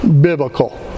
biblical